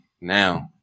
now